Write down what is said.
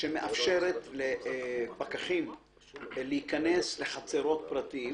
סמכות השימוש בכוח חד משמעי לא נמצאת כאן.